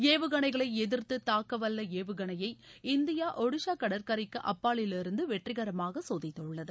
ஏவுகணைகளை எதிர்த்து தாக்கவல்ல ஏவுகணையை இந்தியா ஒடிஷா சடற்கரைக்கு அப்பாலிலிருந்து வெற்றிகரமாக சோதித்துள்ளது